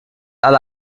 alle